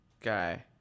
guy